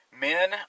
Men